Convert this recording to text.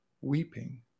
weeping